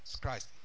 Christ